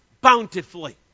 bountifully